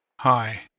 Hi